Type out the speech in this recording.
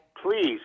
Please